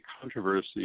controversy